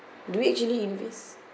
do we actually invest